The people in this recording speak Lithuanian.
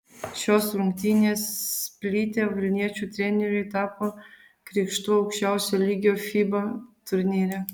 šios rungtynės splite vilniečių treneriui tapo krikštu aukščiausio lygio fiba turnyre